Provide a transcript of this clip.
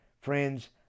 Friends